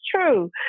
true